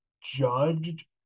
judged